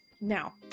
now